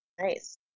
Nice